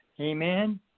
Amen